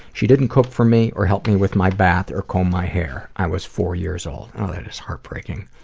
she didn't cook for me or help me with my bath or comb my hair. i was four years old. oh that is heartbreaking.